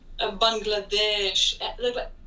bangladesh